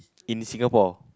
in Singapore